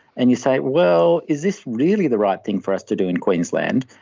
and you say, well, is this really the right thing for us to do in queensland,